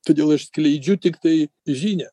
todėl aš skleidžiu tiktai žinią